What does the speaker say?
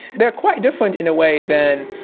they're quite different in a way than,